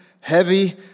heavy